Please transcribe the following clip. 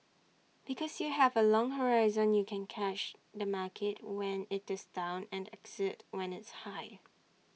because you have A long horizon you can catch the market when IT is down and exit when it's high